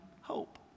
hope